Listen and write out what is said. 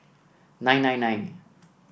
nine nine nine